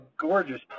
gorgeous